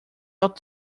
auto